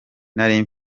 nari